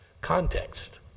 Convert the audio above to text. context